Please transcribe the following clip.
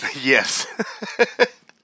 Yes